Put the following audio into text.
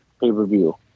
pay-per-view